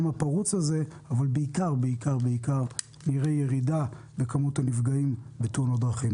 הפרוץ הזה אבל בעיקר נראה ירידה בכמות הנפגעים בתאונות דרכים.